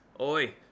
Oi